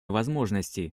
возможности